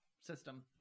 system